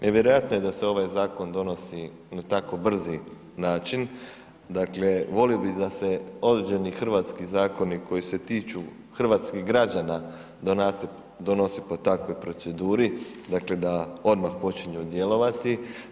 Nevjerojatno je da se ovaj zakon donosi na tako brzi način, volio bih da se određeni hrvatski zakoni koji se tiču hrvatskih građana donose po takvoj proceduri, dakle da odmah počinju djelovati.